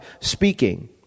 speaking